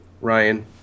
Ryan